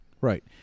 Right